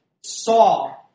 saw